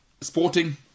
sporting